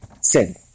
sin